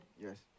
Yes